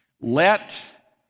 Let